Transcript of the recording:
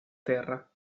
terra